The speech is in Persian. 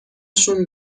شون